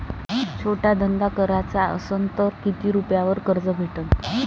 छोटा धंदा कराचा असन तर किती रुप्यावर कर्ज भेटन?